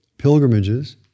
Pilgrimages